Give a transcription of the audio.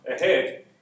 ahead